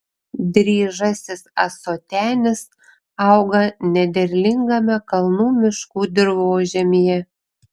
dryžasis ąsotenis auga nederlingame kalnų miškų dirvožemyje